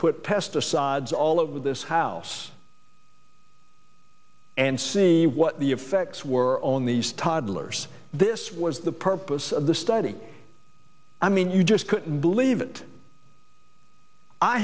put pesticides all over this house and see what the effects were own these toddlers this was the purpose of the study i mean you just couldn't believe it i